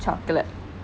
chocolate